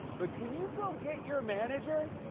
but can you go get your manager?